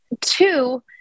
Two